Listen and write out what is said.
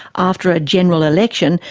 after a general election,